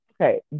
okay